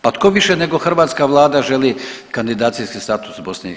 Pa tko više nego hrvatska vlada želi kandidacijski status BiH.